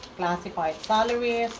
classified salary.